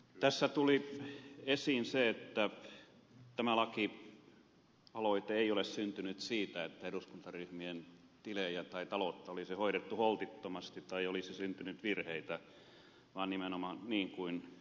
tässä tuli esiin se että tämä lakialoite ei ole syntynyt siitä että eduskuntaryhmien tilejä tai taloutta olisi hoidettu holtittomasti tai olisi syntynyt virheitä vaan nimenomaan niin kuin ed